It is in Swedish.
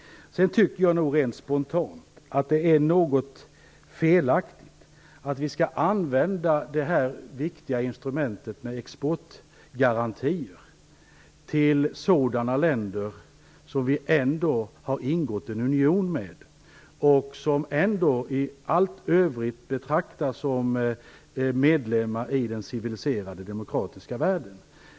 Sedan tycker jag rent spontant att det är något felaktigt att använda det viktiga instrument som exportgarantier är i fråga om länder som vi har ingått en union med, länder som i övrigt ändå betraktas som medlemmar i den civiliserade demokratiska världen.